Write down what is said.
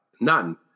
none